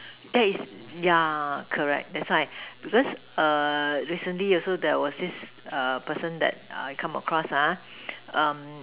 that is yeah correct that's why because err recently also there was this err person that I come cross ah um